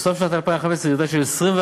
בסוף שנת 2015, ירידה של %21.